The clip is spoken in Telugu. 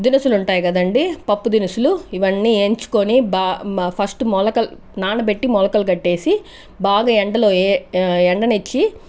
దినిసులు ఉంటాయి కదండీ పప్పు దినుసులు ఇవన్నీ వేయించుకుని బాగా ఫస్ట్ మొలకలు నానబెట్టి మెలకలు కట్టేసి బాగా ఎండలో ఎండనిచ్చి